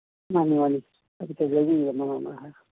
ꯃꯥꯅꯤ ꯃꯥꯅꯤ